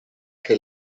che